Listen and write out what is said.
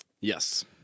Yes